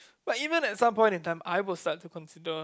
but even at some point in time I will start to consider